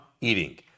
eating